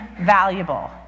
valuable